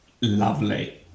Lovely